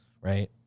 right